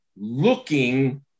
looking